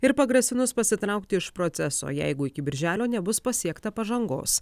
ir pagrasinus pasitraukti iš proceso jeigu iki birželio nebus pasiekta pažangos